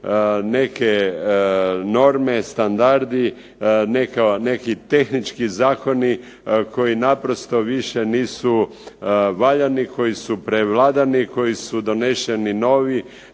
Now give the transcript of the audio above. neke norme, standardi, neki tehnički zakoni koji naprosto više nisu valjani, koji su prevladani, koji su doneseni novi,